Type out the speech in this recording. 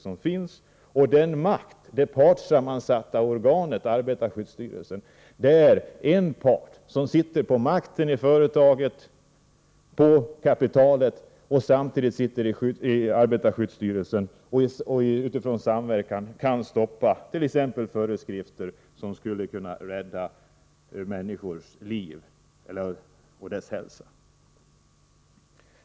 Och när det gäller makten, det partssammansatta organet arbetarskyddsstyrelsen, så sitter en part samtidigt både på makten i företagen, på kapitalet, och i arbetarskyddsstyrelsen. Utifrån samverkan kan man stoppa t.ex. föreskrifter som skulle kunna rädda människors liv och hälsa.